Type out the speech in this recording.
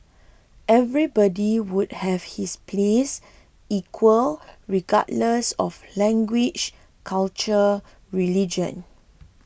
everybody would have his place equal regardless of language culture religion